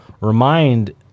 remind